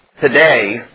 today